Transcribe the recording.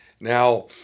Now